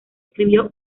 escribió